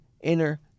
inner